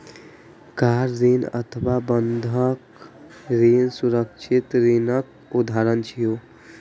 car ऋण अथवा बंधक ऋण सुरक्षित ऋणक उदाहरण छियै